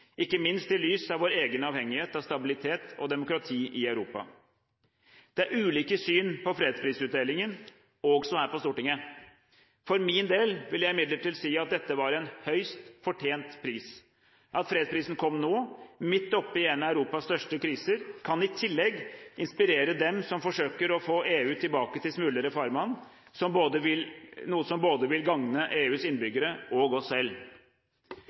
ikke minst i lys av vår egen avhengighet av stabilitet og demokrati i Europa. Det er ulike syn på fredsprisutdelingen, også her på Stortinget. For min del vil jeg imidlertid si at dette var en høyst fortjent pris. At fredsprisen kom nå, midt oppe i en av Europas største kriser, kan i tillegg inspirere dem som forsøker å få EU tilbake til smulere farvann, noe som vil gagne både EUs innbyggere og oss selv.